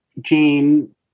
Jane